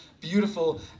beautiful